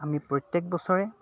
আমি প্ৰত্যেক বছৰে